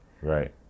Right